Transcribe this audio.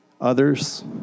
others